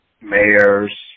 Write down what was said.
mayors